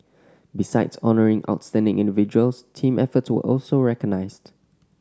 besides honouring outstanding individuals team efforts were also recognised